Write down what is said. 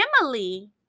Emily